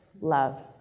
love